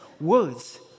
words